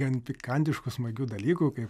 gan pikantiškų smagių dalykų kaip